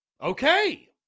Okay